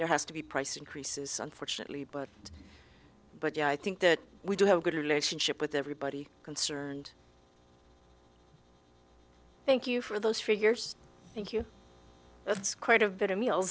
there has to be price increases unfortunately but but yeah i think that we do have a good relationship with everybody concerned thank you for those figures thank you that's quite a